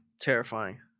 Terrifying